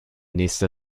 nächste